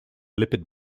lipid